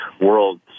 world